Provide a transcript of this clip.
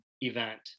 event